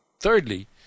Thirdly